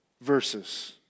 verses